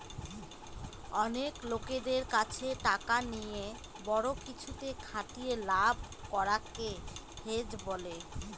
অনেক লোকদের কাছে টাকা নিয়ে বড়ো কিছুতে খাটিয়ে লাভ করাকে হেজ বলে